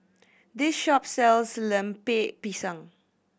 this shop sells Lemper Pisang